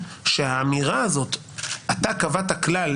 שהאמירה הזאת "אתה קבעת כלל,